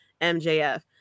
MJF